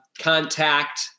contact